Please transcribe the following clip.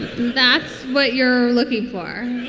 that's what you're looking for